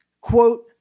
Quote